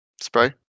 spray